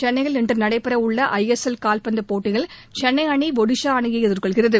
சென்னையில் இன்று நடைபெறவுள்ள ஐ எஸ் எல் கால்பந்து போட்டியில் சென்னை அணி ஒடிசா அணியை எதிர்கொள்கிறது